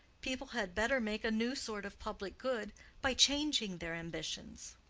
people had better make a new sort of public good by changing their ambitions.